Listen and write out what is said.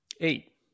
eight